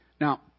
now